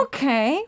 Okay